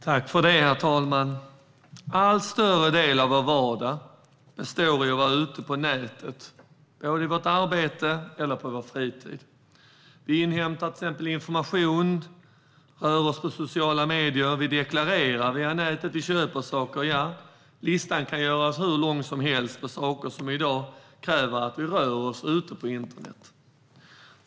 Herr talman! Under allt större del av vår vardag är vi ute på nätet, både i vårt arbete och på vår fritid. Vi inhämtar till exempel information, rör oss på sociala medier, deklarerar, köper saker - ja, listan kan göras hur lång som helst över saker för vilka det i dag krävs att vi rör oss på internet.